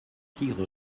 tigre